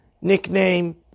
nickname